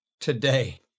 Today